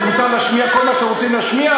אז ניתן להשמיע כל מה שרוצים להשמיע?